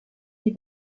die